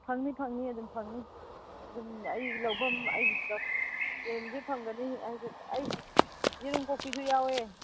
ꯐꯪꯅꯤ ꯐꯪꯅꯤ ꯑꯗꯨꯝ ꯐꯪꯅꯤ ꯑꯗꯨꯝ ꯑꯩ ꯂꯧꯕꯝ ꯑꯩꯒꯤꯗꯣ ꯌꯦꯟꯁꯨ ꯐꯪꯒꯅꯤ ꯌꯦꯔꯨꯝ ꯀꯣꯛꯄꯤꯁꯨ ꯌꯥꯎꯋꯦ